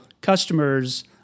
customers